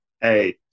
Hey